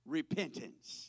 repentance